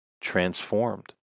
Transformed